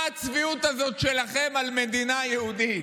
מה הצביעות הזאת שלכם על מדינה יהודית?